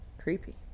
creepy